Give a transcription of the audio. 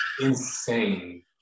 insane